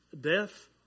death